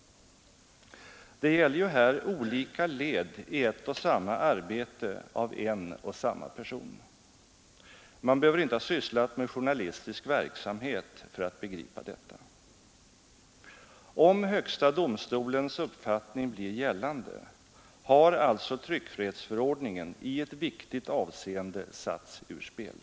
Det gäller ju här olika led i ett och samma arbete av en och samma person. Man behöver inte ha sysslat med journalistisk verksamhet för att begripa detta. Om högsta domstolens uppfattning blir gällande har alltså tryckfrihetsförordningen i ett viktigt avseende satts ur spel.